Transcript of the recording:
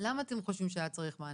למה אתם חושבים שהיה צריך מענה?